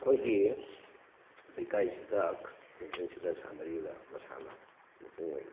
ꯑꯩꯈꯣꯏꯒꯤ ꯂꯩꯀꯥꯏꯁꯤꯗ ꯈꯨꯡꯒꯪꯁꯤꯗ ꯁꯥꯟꯅꯔꯤꯕ ꯃꯁꯥꯟꯅ ꯃꯄꯨꯡꯑꯣꯏꯅ